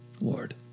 Lord